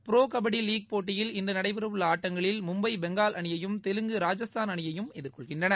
bro kabaddi league போட்டியில் இன்று நடைபெறவுள்ள ஆட்டங்களில் மும்பை பெங்கால் அணியையும் தெலுங்கு ராஜஸ்தான் அணியையும் எதிர்கொள்கின்றன